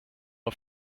are